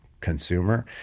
consumer